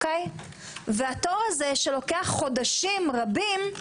התור הזה שלוקח חודשים רבים,